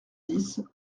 dix